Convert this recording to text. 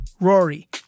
rory